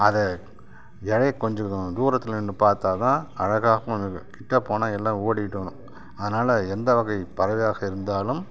அத எழைய கொஞ்சம் தூ தூரத்தில் நின்று பார்த்தா தான் அழகாகவும் கிட்டே போனால் எல்லாம் ஓடிவிடும் அதனால் எந்த வகை பறவையாக இருந்தாலும்